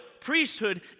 priesthood